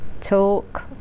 talk